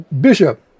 Bishop